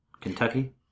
Kentucky